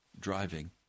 driving